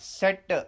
set